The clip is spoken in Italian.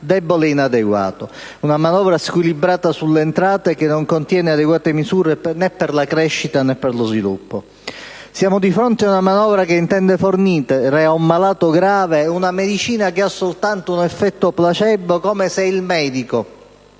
debole e inadeguato. Una manovra squilibrata sulle entrate che non contiene adeguate misure per la crescita e lo sviluppo. Siamo di fronte ad una manovra che intende fornire ad un malato grave una medicina che ha soltanto un effetto placebo, come se il medico